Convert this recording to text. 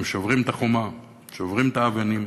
הם שוברים את החומה, שוברים את האבנים,